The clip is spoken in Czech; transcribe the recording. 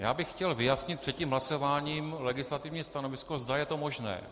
Já bych chtěl vyjasnit před tím hlasováním legislativní stanovisko, zda je to možné.